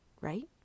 right